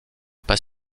pas